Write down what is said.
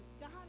god